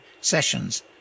sessions